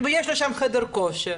ויש לו שם חדר כושר,